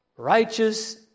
Righteous